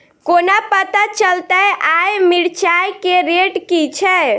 कोना पत्ता चलतै आय मिर्चाय केँ रेट की छै?